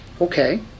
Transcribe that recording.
Okay